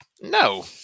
No